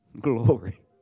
Glory